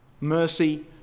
Mercy